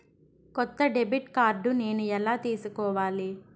కొత్త debit card నేను ఎలా తీసుకోవాలి?